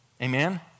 Amen